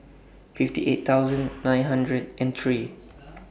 fifty eight thousand nine hundred and three